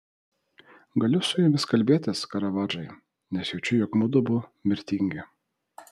galiu su jumis kalbėtis karavadžai nes jaučiu jog mudu abu mirtingi